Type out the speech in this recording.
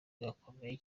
gakomeye